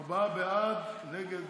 ארבעה בעד, נגד,